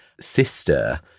Sister